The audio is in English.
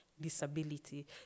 Disability